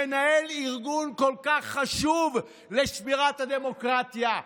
מנהל ארגון כל כך חשוב לשמירת הדמוקרטיה.